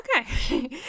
okay